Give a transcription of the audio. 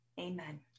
Amen